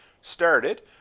started